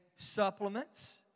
Supplements